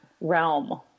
realm